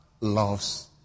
loves